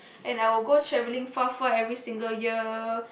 and I would go travelling far far every single year